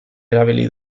erabili